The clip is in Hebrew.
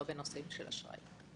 לא בנושאים של אשראי.